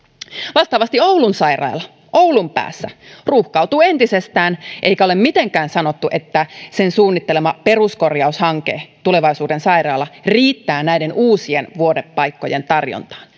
vastaavasti oulun sairaala oulun päässä ruuhkautuu entisestään eikä ole mitenkään sanottu että sen suunnittelema peruskorjaushanke tulevaisuuden sairaala riittää näiden uusien vuodepaikkojen tarjontaan